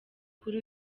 kuri